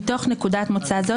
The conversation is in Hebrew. מתוך נקודת מוצא זו,